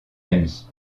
ami